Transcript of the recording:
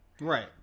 Right